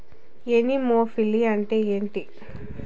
Anemophily అంటే ఏంటి?